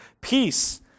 Peace